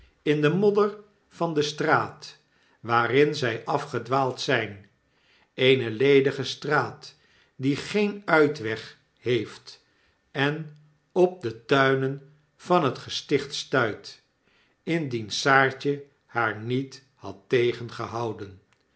in de modder van de straat waarin zy afgedwaald zyn eene ledige straat die geen uitweg heeft en op de tuinen van het gesticht stuit indien saartje haar niet had tegengehouden